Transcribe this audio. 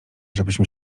żebyśmy